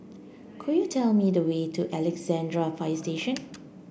could you tell me the way to Alexandra Fire Station